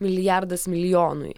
milijardas milijonui